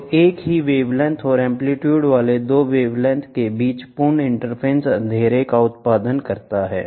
तो एक ही वेवलेंथ और एम्पलीटूडे वाले दो वेवलेंथ के बीच पूर्ण इंटरफेरेंस अंधेरे का उत्पादन करता है